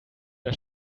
der